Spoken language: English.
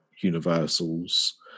universals